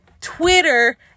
Twitter